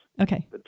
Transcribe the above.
Okay